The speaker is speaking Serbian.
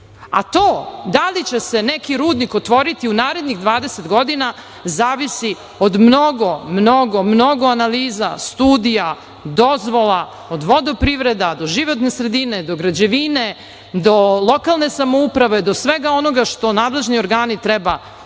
da li će se neki rudnik otvoriti u narednih 20 godina zavisi od mnogo, mnogo analiza, studija, dozvola, od vodoprivrede do životne sredine do građevine do lokalne samouprave, do svega onoga što nadležni organi treba da